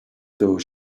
though